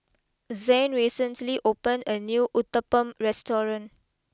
Zain recently opened a new Uthapam restaurant